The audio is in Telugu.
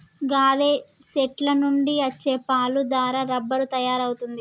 గాదె సెట్ల నుండి అచ్చే పాలు దారా రబ్బరు తయారవుతుంది